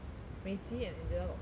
mei qi and angela got post